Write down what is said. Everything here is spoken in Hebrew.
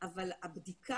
אבל הבדיקה,